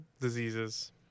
diseases